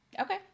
Okay